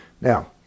Now